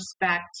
respect